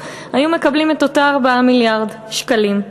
היו מקבלים את אותם 4 מיליארד שקלים.